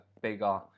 bigger